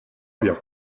bien